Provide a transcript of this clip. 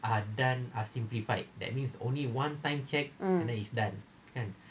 um